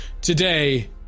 today